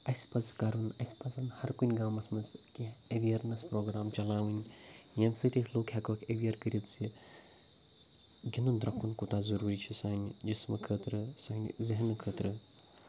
اَسہِ پَزِ کَرُن اَسہِ پَزَن ہَرکُنہِ گامَس منٛز کینٛہہ اٮ۪ویرنٮ۪س پرٛوگرام چَلاوٕنۍ ییٚمہِ سۭتۍ أسۍ لُکھ ہٮ۪کہٕ ہوکھ اٮ۪ویر کٔرِتھ زِ گِنٛدُن درٛوٚکُن کوٗتاہ ضٔروٗری چھِ سانہِ جِسمہٕ خٲطرٕ سانہِ ذہنہٕ خٲطرٕ